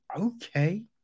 okay